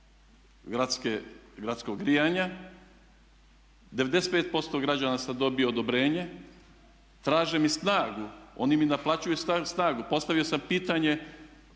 se isključio iz sustava gradskog grijanja, 95% građana sam dobio odobrenje. Traže mi snagu, oni mi naplaćuju snagu. Postavio sam pitanje